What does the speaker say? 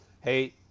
hey